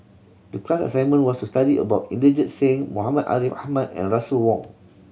the class assignment was to study about Inderjit Singh Muhammad Ariff Ahmad and Russel Wong